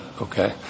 okay